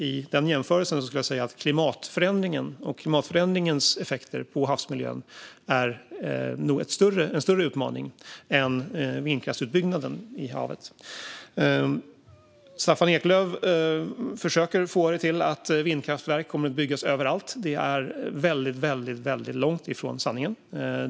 I den jämförelsen skulle jag säga att klimatförändringen och dess effekter på havsmiljön nog är en större utmaning än vindkraftsutbyggnaden på havet. Staffan Eklöf försöker få det till att vindkraftverk kommer att byggas överallt. Det är väldigt långt ifrån sanningen.